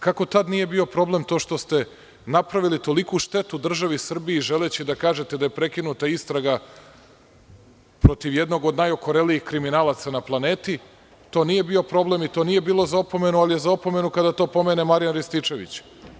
Kako tada nije bio problem to što ste napravili toliku štetu državi Srbiji želeći da kažete da je prekinuta istraga protiv jednog od najokorelijih kriminalaca na planeti, to nije bio problem i to nije bilo za opomenu, ali je za opomenu kada to pomene Marjan Rističević.